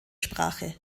sprache